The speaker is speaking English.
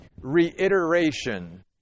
reiteration